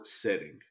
setting